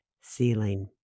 ceiling